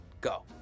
Go